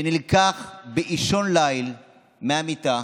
שנלקח באישון ליל מהמיטה.